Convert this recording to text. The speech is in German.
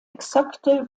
exakte